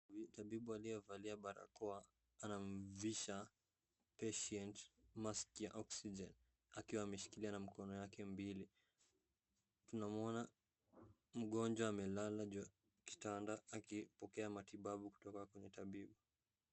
Mtabibu aliyeva barakoa anamvisha patient mask ya oxygen akiwa ameshikilia na mkono yake mbili. Tunamwona mgonjwa amelala juu ya kitanda akipokea matibabu kutoka kwa mtabibu.